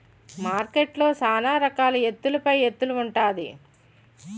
మార్కెట్లో సాన రకాల ఎత్తుల పైఎత్తులు ఉంటాది